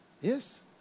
Yes